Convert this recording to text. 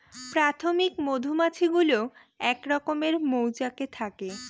প্রাথমিক মধুমাছি গুলো এক রকমের মৌচাকে থাকে